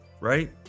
right